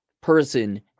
person